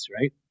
right